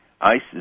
ISIS